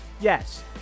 Yes